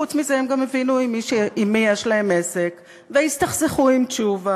חוץ מזה הם גם הבינו עם מי יש להם עסק והסתכסכו עם תשובה,